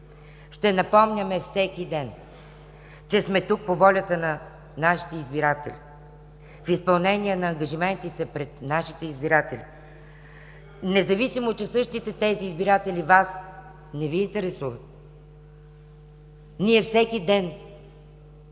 ще напомняме всеки ден, че сме тук по волята на нашите избиратели, в изпълнение на ангажиментите пред нашите избиратели, независимо че същите тези избиратели Вас не Ви интересуват. Ние всеки ден